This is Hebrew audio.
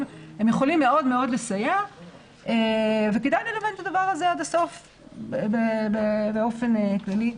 הם יכולים לסייע מאוד וכדאי ללבן את זה עד הסוף באופן כללי.